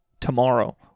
tomorrow